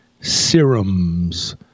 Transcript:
serums